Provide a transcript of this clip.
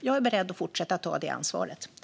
Jag är beredd att fortsätta att ta det ansvaret.